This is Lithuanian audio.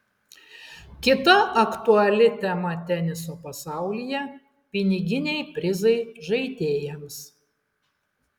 kita aktuali tema teniso pasaulyje piniginiai prizai žaidėjams